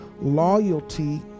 Loyalty